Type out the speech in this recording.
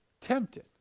tempted